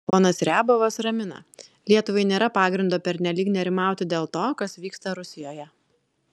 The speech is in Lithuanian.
ponas riabovas ramina lietuvai nėra pagrindo pernelyg nerimauti dėl to kas vyksta rusijoje